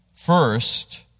first